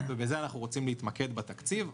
ובזה אנחנו רוצים להתמקד בתקציב.